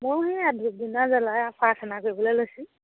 ময়ো সেয়া ধূপ ধূনা জ্বলাই আৰু প্ৰাৰ্থনা কৰিবলৈ লৈছোঁ